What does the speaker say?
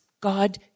God